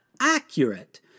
accurate